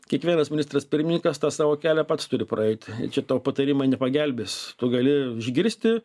kiekvienas ministras pirmininkas tą savo kelią pats turi praeiti čia tau patarimai nepagelbės tu gali išgirsti